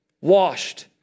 washed